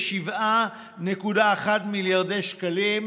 137.1 מיליארדי שקלים,